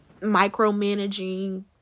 micromanaging